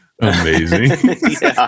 Amazing